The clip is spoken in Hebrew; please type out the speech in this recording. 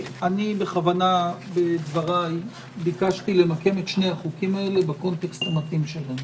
בכוונה בדבריי ביקשתי למקם את שני החוקים האלה בקונטקסט המתאים שלהם.